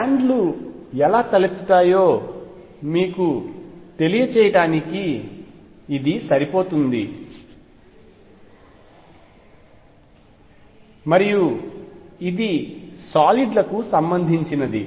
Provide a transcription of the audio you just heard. band లు ఎలా తలెత్తుతాయో మీకు తెలియజేయడానికి ఇది సరిపోతుంది మరియు ఇది సాలిడ్ లకు సంబంధించినది